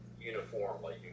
uniformly